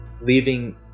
leaving